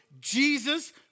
Jesus